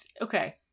Okay